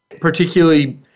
particularly